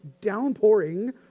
downpouring